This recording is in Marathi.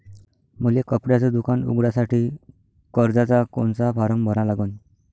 मले कपड्याच दुकान उघडासाठी कर्जाचा कोनचा फारम भरा लागन?